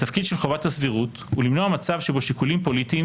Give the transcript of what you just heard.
התפקיד של חובת הסבירות הוא למנוע מצב שבו שיקולים פוליטיים